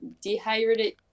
dehydrated